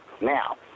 now